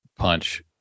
punch